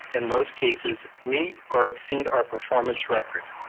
in most cases, meet or exceed our performance record.